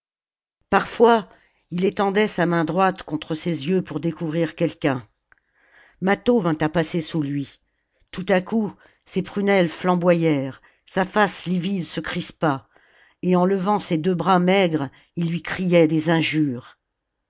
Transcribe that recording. parfois il étendait sa main droite contre ses jeux pour découvrir quelqu'un mâtho vint à passer sous lui tout à coup ses prunelles flamboyèrent sa face livide se crispa et en levant ses deux bras maigres il lui criait des injures